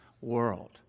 world